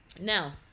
now